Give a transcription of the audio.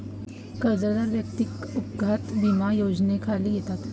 कर्जदार वैयक्तिक अपघात विमा योजनेखाली येतात